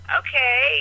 okay